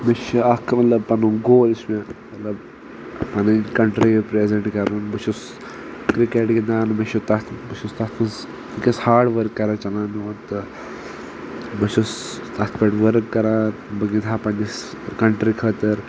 مےٚ چھُ اکھ مطلب پنُن گول یُس مےٚ مطلب پنٕنۍ کنٹری رِپرٛیزنٹ کران بہٕ چھُس کرکٹ گِندان مےٚ چھُ تتھ بہٕ چھُس تتھ منٛز وٕنٛکٮ۪س ہاڈؤرٕک کران چلان میون تٕہ بہٕ چھُس تتھ پٮ۪ٹھ ؤرٕک کران بہٕ گِنٛدہا پننِس کنٹری خٲطرٕ